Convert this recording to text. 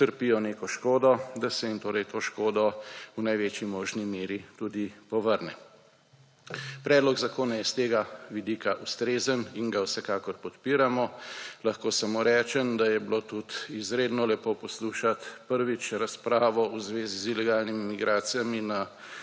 utrpijo neko škodo, da sem jim torej to škodo v največji možni meri tudi povrne. Predlog zakona je iz tega vidika ustrezen in ga vsekakor podpiramo. Lahko samo rečem, da je bilo tudi izredno lepo poslušati prvič razpravo v zvezi z ilegalnimi migracijami na